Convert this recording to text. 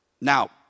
Now